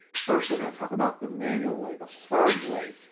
first, we're going to talk about the manual way, the hard way,